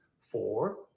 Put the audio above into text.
four